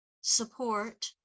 support